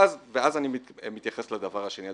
אני מתייחס לדבר השני,